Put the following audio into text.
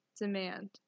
demand